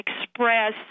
express